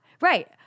right